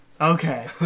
Okay